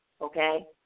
okay